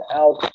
out